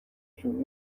جون